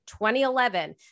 2011